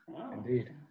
Indeed